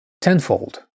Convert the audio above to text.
tenfold